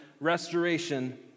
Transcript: restoration